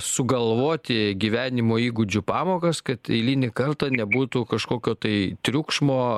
sugalvoti gyvenimo įgūdžių pamokas kad eilinį kartą nebūtų kažkokio tai triukšmo